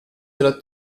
della